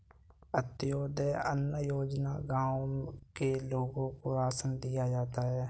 अंत्योदय अन्न योजना में गांव के लोगों को राशन दिया जाता है